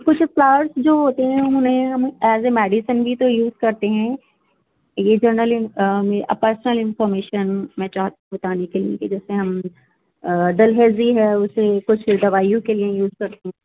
کچھ فلوورز جو ہوتے ہیں اُنہیں ہم ایز اے میڈیسن بھی تو یوز کرتے ہیں یہ جنرل ان پرسنل انفارمیشن میں چاہ بتانے کے لئے کہ جیسے ہم ڈلہیزی ہے اُسے کچھ دوائیوں کے لئے یُوز کرتے ہیں